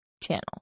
channel